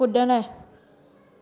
कुड॒णु